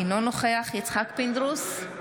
אינו נוכח יצחק פינדרוס,